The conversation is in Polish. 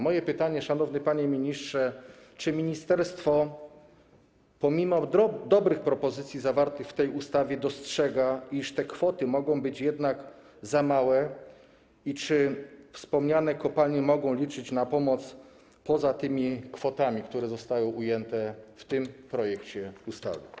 Moje pytanie, szanowny panie ministrze: Czy ministerstwo pomimo dobrych propozycji zawartych w tej ustawie dostrzega, iż te kwoty mogą być jednak za małe, i czy wspomniane kopalnie mogą liczyć na pomoc poza tymi kwotami, które zostały ujęte w tym projekcie ustawy?